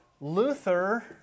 Luther